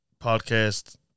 podcast